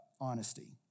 honesty